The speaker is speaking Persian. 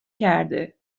کرده